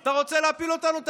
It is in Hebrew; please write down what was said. אתה רוצה להפיל אותנו?